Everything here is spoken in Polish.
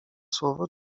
słowo